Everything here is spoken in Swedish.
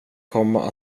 komma